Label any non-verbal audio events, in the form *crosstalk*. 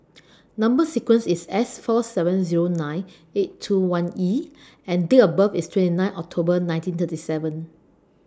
*noise* Number sequence IS S four seven Zero nine eight two one E and Date of birth IS twenty nine October nineteen thirty seven